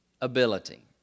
ability